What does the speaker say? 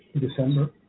December